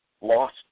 lost